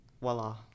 voila